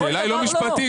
השאלה היא לא משפטית,